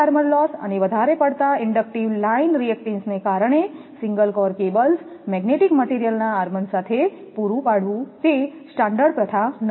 વધારે armour loss અને વધારે પડતા ઇન્ડક્ટિવ લાઈન રિએક્ટન્સ ને કારણે single core cables magnetic material ના આર્મર સાથે પૂરું પાડવું તે સ્ટાન્ડર્ડ પ્રથા નથી